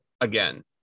again